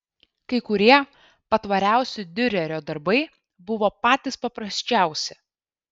kai kurie patvariausi diurerio darbai buvo patys paprasčiausi